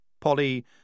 Polly